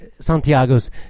Santiago's